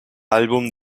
álbum